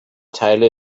teile